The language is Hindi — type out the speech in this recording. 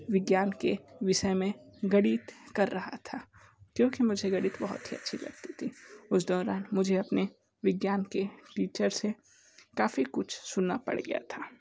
विज्ञान के विषय में गणित कर रहा था क्योंकि मुझे गणित बहुत ही अच्छी लगती थी उस दौरान मुझे अपने विज्ञान के टीचर से काफ़ी कुछ सुनना पड़ गया था